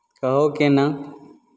कहू केना